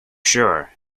sure